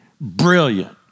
brilliant